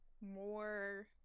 more